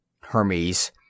Hermes